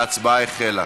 ההצבעה החלה.